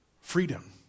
freedom